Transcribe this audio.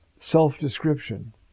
self-description